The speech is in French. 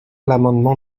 l’amendement